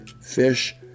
fish